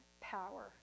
power